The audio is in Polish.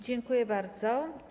Dziękuję bardzo.